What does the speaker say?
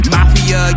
Mafia